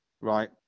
right